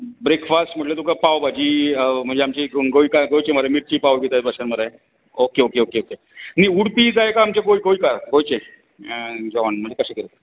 breakfast म्हणल्यार तुका पाव भाजी म्हणजे आमचें गोंयकार गोंयची मिर्ची पाव तशें मरे ओके ओके ओके ती उडपी जाय काय आमचें गोंयकार गोंयचे जेवण म्हणजे कशें कितें